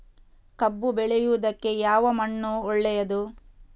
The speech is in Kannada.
ಕಬ್ಬು ಬೆಳೆಯುವುದಕ್ಕೆ ಯಾವ ಮಣ್ಣು ಒಳ್ಳೆಯದು?